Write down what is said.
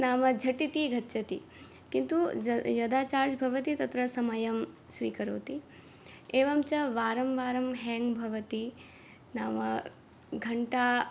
नाम झटिति गच्छति किन्तु ज् यदा चार्ज् भवति तत्र समयं स्वीकरोति एवञ्च वारं वारं हेङ्ग् भवति नाम घण्टा